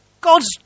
God's